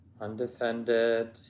undefended